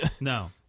No